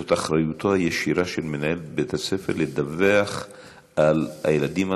זאת אחריותו הישירה של מנהל בית-הספר לדווח על הילדים הנושרים,